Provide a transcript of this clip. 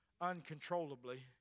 uncontrollably